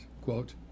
quote